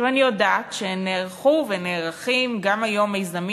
אני יודעת שנערכו ונערכים גם היום מיזמים